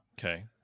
Okay